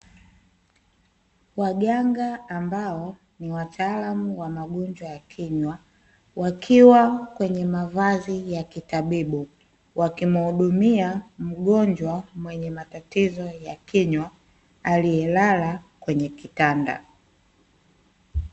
Waganga ambao ni wataalamu wa magonjwa ya kinywa, wakiwa kwenye mavazi ya kitabibu wakimudumia mgonjwa mwenye matatizo ya kinywa aliyelala kwenye kitanda.